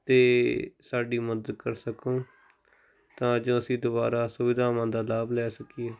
ਅਤੇ ਸਾਡੀ ਮਦਦ ਕਰ ਸਕੋ ਤਾਂ ਜੋ ਅਸੀਂ ਦੁਬਾਰਾ ਸੁਵਿਧਾਵਾਂ ਦਾ ਲਾਭ ਲੈ ਸਕੀਏ